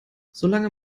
solange